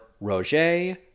Roger